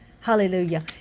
Hallelujah